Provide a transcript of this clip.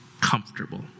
comfortable